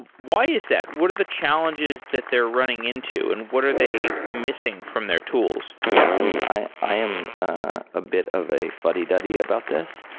ah why is that? what are the challenges that they're running into and what are they missing from their tools? yeah. i mean, i i am a bit of a fuddy-duddy about this.